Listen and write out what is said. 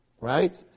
right